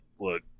look